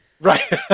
Right